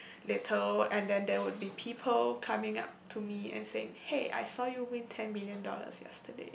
little and then there would be people coming up to me and say hey I saw you win ten million dollars yesterday